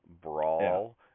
brawl